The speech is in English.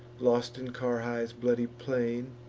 lost in carrhae's bloody plain.